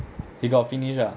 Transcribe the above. he got finish ah